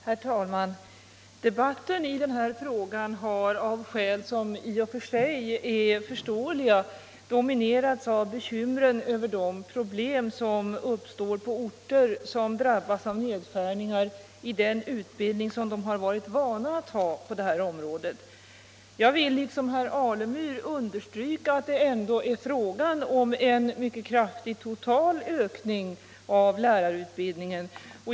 Herr talman! Debatten i denna fråga har av skäl som i och för sig är förståeliga dominerats av bekymren över de problem som uppstår på orter som drabbas av nedskärningar i den utbildning som de varit vana att ha på detta område. Jag vill, liksom herr Alemyr, understryka att det ändå är fråga om en mycket kraftig totalökning av lärarutbildningen.